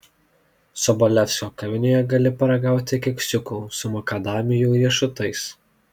sobolevskio kavinėje gali paragauti keksiukų su makadamijų riešutais